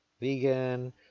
vegan